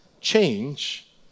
change